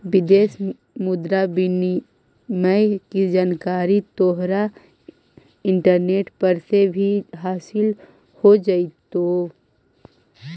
विदेशी मुद्रा विनिमय की जानकारी तोहरा इंटरनेट पर से भी हासील हो जाइतो